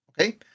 okay